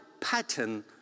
pattern